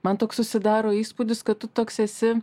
man toks susidaro įspūdis kad tu toks esi